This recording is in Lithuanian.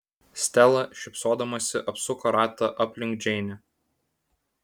stela šypsodamasi apsuko ratą aplink džeinę